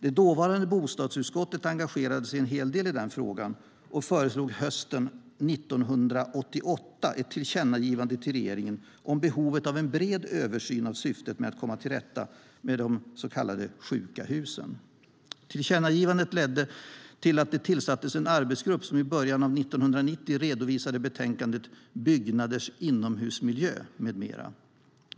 Det dåvarande bostadsutskottet engagerade sig en hel del i frågan och föreslog hösten 1988 ett tillkännagivande till regeringen om behovet av en bred översyn i syfte att komma till rätta med de så kallade sjuka husen. Tillkännagivandet ledde till att det tillsattes en arbetsgrupp som i början av 1990 redovisade betänkandet Byggnaders inomhusmiljö m.m. .